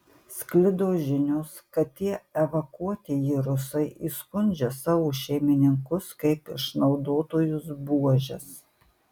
sklido žinios kad tie evakuotieji rusai įskundžia savo šeimininkus kaip išnaudotojus buožes